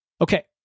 Okay